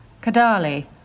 Kadali